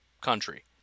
country